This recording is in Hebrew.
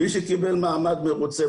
מי שקיבל מעמד מרוצה,